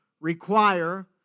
require